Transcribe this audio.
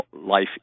Life